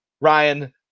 ryan